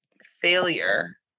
failure